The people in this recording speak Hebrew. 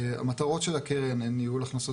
המטרות של הקרן הן ניהול הכנסות